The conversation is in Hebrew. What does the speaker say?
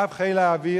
רב חיל האוויר,